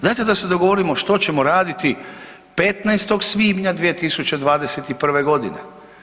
Dajte da se dogovorimo što ćemo raditi 15. svibnja 2021. godine.